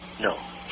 No